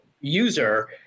user